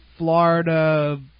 Florida